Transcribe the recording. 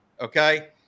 Okay